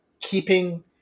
keeping